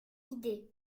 idée